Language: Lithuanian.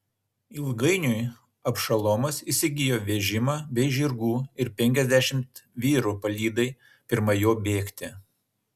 ilgainiui abšalomas įsigijo vežimą bei žirgų ir penkiasdešimt vyrų palydai pirma jo bėgti